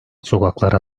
sokaklara